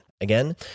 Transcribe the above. Again